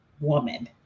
woman